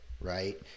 right